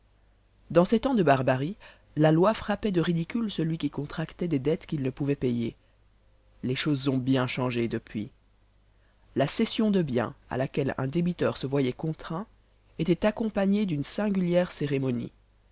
dans ces temps de barbarie la loi frappait de ridicule celui qui contractait des dettes qu'il ne pouvait payer les choses ont bien changé depuis la cession de biens à laquelle un débiteur se voyait contraint était accompagnée d'une singulière cérémonie